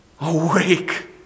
awake